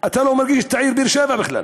אתה לא מרגיש את העיר באר-שבע בכלל.